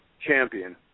champion